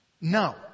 no